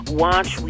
watch